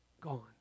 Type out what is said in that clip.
gone